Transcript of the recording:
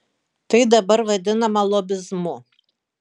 tai dabar vadinama lobizmu